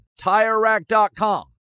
TireRack.com